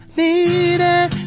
needed